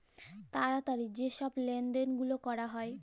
তাড়াতাড়ি যে ছব লেলদেল গুলা ক্যরা হ্যয়